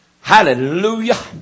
Hallelujah